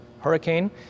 hurricane